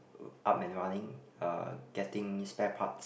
up and running uh getting spare parts